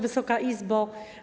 Wysoka Izbo!